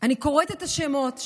אני קוראת את השמות,